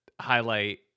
highlight